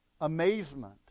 amazement